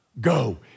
go